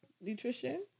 Nutrition